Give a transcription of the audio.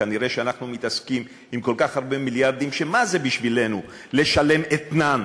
כנראה שאנחנו מתעסקים עם כל כך הרבה מיליארדים שמה זה בשבילנו לשלם אתנן